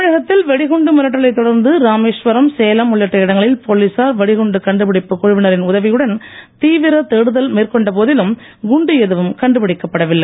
தமிழகத்தில் வெடிகுண்டு மிரட்டலை தொடர்ந்து ராமேஸ்வரம் சேலம் உள்ளிட்ட இடங்களில் போலீசார் வெடிகுண்டு கண்டுபிடிப்பு குழுவினரின் உதவியுடன் தீவிர தேடுதல் மேற்கொண்ட போதிலும் குண்டு எதுவும் கண்டுபிடிக்கப்படவில்லை